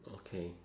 okay